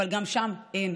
אבל גם שם אין.